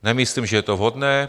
Nemyslím, že je to vhodné.